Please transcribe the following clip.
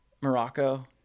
Morocco